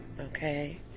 okay